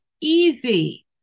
easy